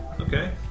Okay